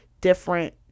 different